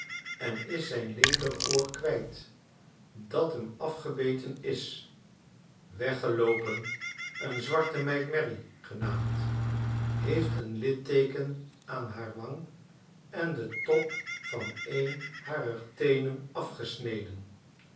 en is zijn linkeroor kwijt dat hem afgebeten is weggeloopen een zwarte meid mary genaamd heeft een litteeken aan haarwang en de top van een harer teenen afgesneden